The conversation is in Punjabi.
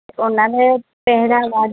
ਉਹਨਾਂ ਦੇ ਪਹਿਰਾਵਾ